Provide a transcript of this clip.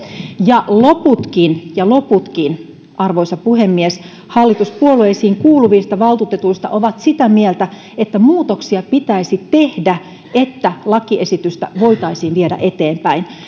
ja loputkin ja loputkin arvoisa puhemies hallituspuolueisiin kuuluvista valtuutetuista ovat sitä mieltä että muutoksia pitäisi tehdä jotta lakiesitystä voitaisiin viedä eteenpäin